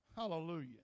Hallelujah